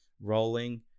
rolling